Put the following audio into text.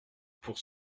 pour